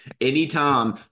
anytime